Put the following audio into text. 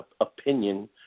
opinion